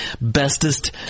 bestest